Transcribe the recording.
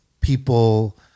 people